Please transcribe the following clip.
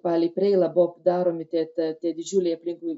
palei preilą buvo daromi tie tie didžiuliai aplinkui